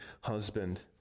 husband